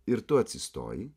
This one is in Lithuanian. ir tu atsistoji